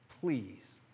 Please